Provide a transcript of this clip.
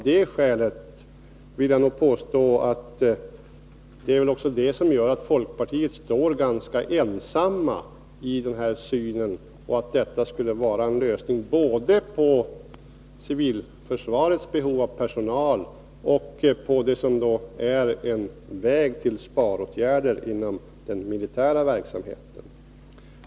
Det är väl det som gör att folkpartiet står ganska ensamt i sin uppfattning om att detta skulle vara en lösning både när det gäller civilförsvarets behov av personal och när det gäller att vidta sparåtgärder inom den militära verksamheten.